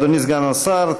תודה, אדוני סגן השר.